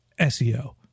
SEO